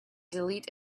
delete